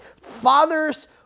father's